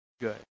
good